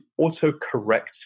autocorrect